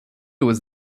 was